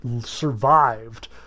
survived